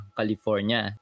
California